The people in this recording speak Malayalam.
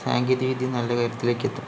സാങ്കേതിക വിദ്യയും നല്ല ഉയത്തിലേക്ക് എത്തും